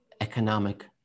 economic